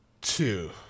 Two